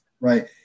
right